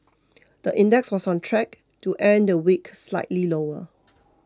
the index was on track to end the week slightly lower